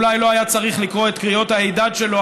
אולי לא היה צריך לקרוא את קריאות ההידד שלו,